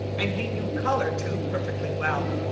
and he knew color, too, perfectly well.